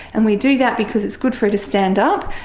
and we do that because it's good for her to stand up,